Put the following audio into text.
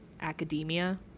academia